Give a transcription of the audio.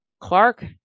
Clark